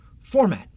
format